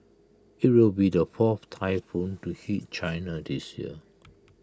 IT will be the fourth typhoon to hit China this year